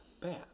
bad